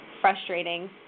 frustrating